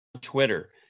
Twitter